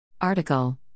Article